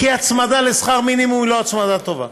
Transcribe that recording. כי הצמדה לשכר מינימום היא לא הצמדה טובה,